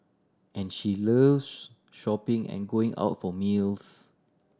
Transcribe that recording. and she loves shopping and going out for meals